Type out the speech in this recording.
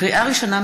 לקריאה ראשונה,